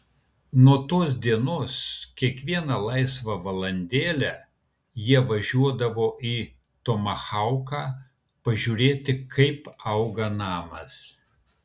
nuo tos dienos kiekvieną laisvą valandėlę jie važiuodavo į tomahauką pažiūrėti kaip auga namas